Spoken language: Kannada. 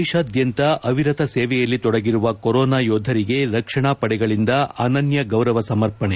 ದೇಶಾದ್ಯಂತ ಅವಿರತ ಸೇವೆಯಲ್ಲಿ ತೊಡಗಿರುವ ಕೊರೊನಾ ಯೋಧರಿಗೆ ರಕ್ಷಣಾ ಪಡೆಗಳಿಂದ ಅನನ್ನ ಗೌರವ ಸಮರ್ಪಣೆ